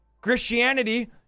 Christianity